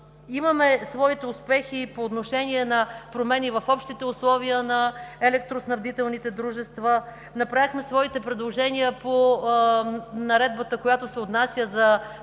Имаме своите успехи и по отношение на промени в общите условия на електроснабдителните дружества. Направихме своите предложения по Наредбата, която се отнася за